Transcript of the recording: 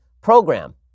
program